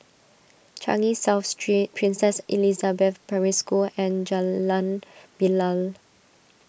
Changi South Street Princess Elizabeth Primary School and Jalan Bilal